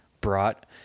brought